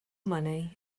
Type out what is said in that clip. money